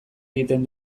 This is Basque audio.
egiten